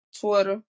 Twitter